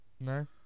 No